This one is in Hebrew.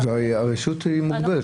הרשות מוגבלת